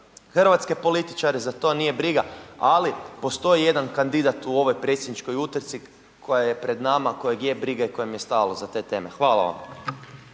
hrvatske političare za to nije briga ali postoji jedan kandidat u ovoj predsjedničkoj utrci koja je pred nama, kojeg je briga i kojem je stalo za te teme. Hvala vam.